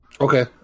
Okay